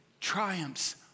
triumphs